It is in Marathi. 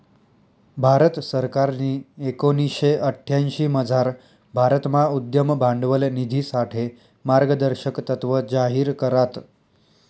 भारत सरकारनी एकोणीशे अठ्यांशीमझार भारतमा उद्यम भांडवल निधीसाठे मार्गदर्शक तत्त्व जाहीर करात